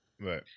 Right